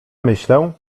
myślę